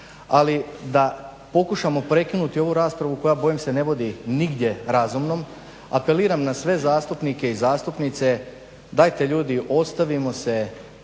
Ali da pokušamo prekinuti ovu raspravu koja bojim se ne vodi nigdje razumnom apeliram na sve zastupnike i zastupnice dajte ljudi ostavimo se